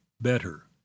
better